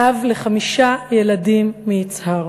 אב לחמישה ילדים מיצהר.